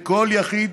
לכל יחיד